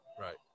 Right